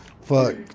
Fuck